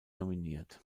nominiert